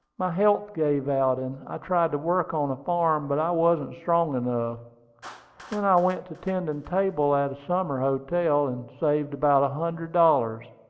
my health gave out, and i tried to work on a farm, but i wasn't strong enough. then i went to tending table at a summer hotel, and saved about a hundred dollars.